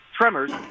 tremors